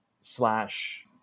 slash